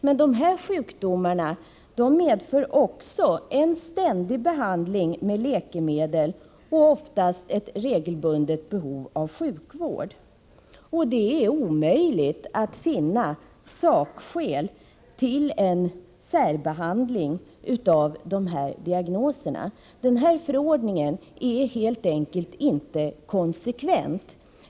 Men de här sjukdomarna medför också en ständig behandling med läkemedel och oftast ett regelbundet behov av sjukvård. Det är omöjligt att finna sakskäl till en särbehandling av de här diagnoserna. Denna förordning är helt enkelt inte konsekvent.